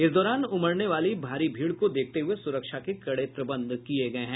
इस दौरान उमड़ने वाली भारी भीड़ को देखते हुये सुरक्षा के कड़े प्रबंध किए गए हैं